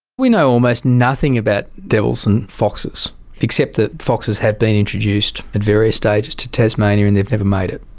we know almost nothing about devils and foxes, except that foxes have been introduced at various stages to tasmania and they've never made it.